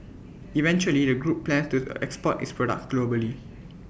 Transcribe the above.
eventually the group plans to export its products globally